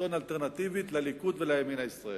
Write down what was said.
שלטון אלטרנטיבית לליכוד ולימין הישראלי.